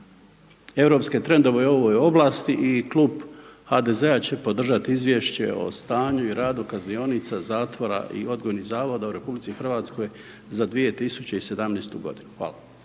europske trendove u ovoj oblasti i klub HDZ-a će podržati Izvješće o stanju i radu kaznionica, zatvora i odgojnih zavoda u RH za 2017. godinu. Hvala.